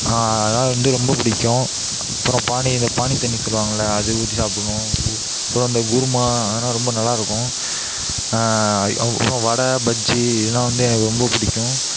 அதலாம் வந்து ரொம்ப புடிக்கும் அப்பறம் பாணி இந்த பாணி தண்ணி சொல்லுவாங்கல்ல அது ஊற்றி சாப்பிட்ணு அப்புறம் அந்த குருமா அதலாம் ரொம்ப நல்லா இருக்கும் அப்பறம் வடை பஜ்ஜி இதெல்லாம் வந்து எனக்கு ரொம்ப பிடிக்கும்